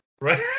Right